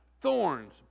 Thorns